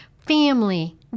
Family